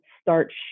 start